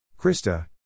Krista